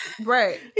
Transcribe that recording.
Right